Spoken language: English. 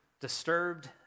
disturbed